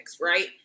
Right